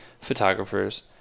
photographers